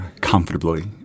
comfortably